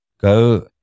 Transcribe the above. Go